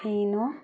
ন